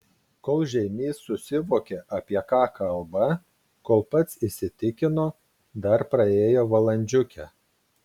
kol žeimys susivokė apie ką kalba kol pats įsitikino dar praėjo valandžiukė